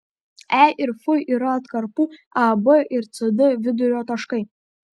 e ir f yra atkarpų ab ir cd vidurio taškai